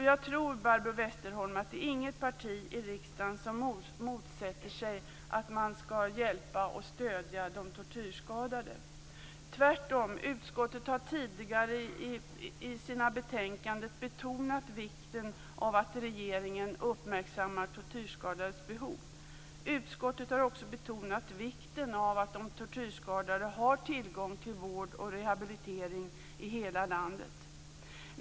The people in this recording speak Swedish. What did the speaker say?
Jag tror, Barbro Westerholm, att inget parti i riksdagen motsätter sig att man skall hjälpa och stödja de tortyrskadade. Tvärtom har utskottet tidigare i sina betänkanden betonat vikten av att regeringen uppmärksammar tortyrskadades behov. Utskottet har också betonat vikten av att de tortyrskadade har tillgång till vård och rehabilitering i hela landet.